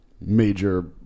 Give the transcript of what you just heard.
Major